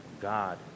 God